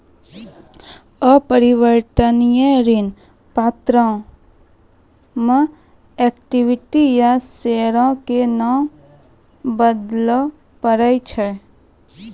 अपरिवर्तनीय ऋण पत्रो मे इक्विटी या शेयरो के नै बदलै पड़ै छै